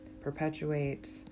perpetuates